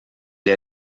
est